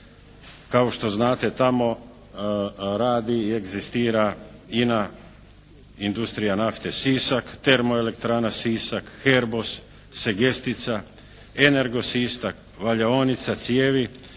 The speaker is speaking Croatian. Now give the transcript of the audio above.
Kao što znate tamo radi i egzistira INA – industrija nafte Sisak, termo elektrana Sisak, Herbos, Segestica, Energo Sisak, Valjaonica cijevi,